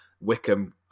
Wickham